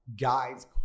guys